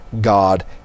God